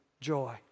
joy